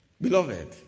Beloved